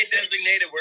designated